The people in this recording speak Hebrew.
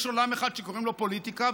יש עולם אחד שקוראים לו פוליטיקה,